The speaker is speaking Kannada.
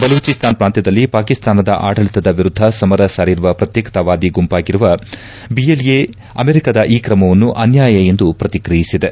ಬಲೂಚಸ್ತಾನ್ ಪ್ರಾಂತ್ಯದಲ್ಲಿ ಪಾಕಿಸ್ತಾನದ ಆಡಳತದ ವಿರುದ್ಧ ಸಮರ ಸಾರಿರುವ ಪ್ರತ್ಯೇಕತಾವಾದಿ ಗುಂಪಾಗಿರುವ ಬಿಎಲ್ಎ ಅಮೆರಿಕಾದ ಈ ಕ್ರಮವನ್ನು ಅನ್ನಾಯ ಎಂದು ಪ್ರತಿಕ್ರಿಯಿಸಿದೆ